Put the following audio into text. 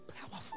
powerful